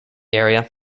area